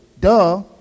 duh